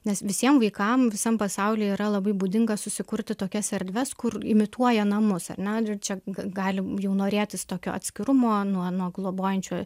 nes visiem vaikam visam pasaulyje yra labai būdinga susikurti tokias erdves kur imituoja namus ar ne ir čia ga gali jau norėtis tokio atskirumo nuo nuo globojančių